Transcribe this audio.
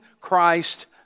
Christ